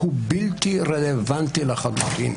הוא בלתי רלוונטי לחלוטין.